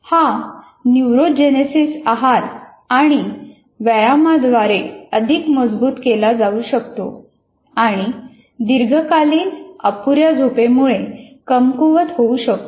हा न्यूरोजेनेसिस आहार आणि व्यायामाद्वारे अधिक मजबूत केला जाऊ शकतो आणि दीर्घकालीन अपुऱ्या झोपेमुळे कमकुवत होऊ शकतो